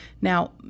Now